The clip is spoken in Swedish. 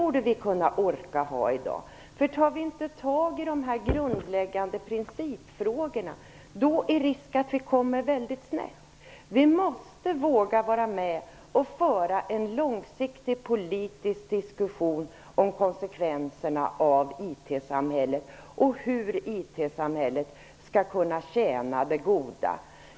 Om vi inte tar tag i de grundläggande principfrågorna är det risk för att vi kommer snett. Vi måste våga vara med och föra en långsiktig politisk diskussion om konsekvenserna av IT-samhället och hur IT-samhället skall kunna tjäna det goda.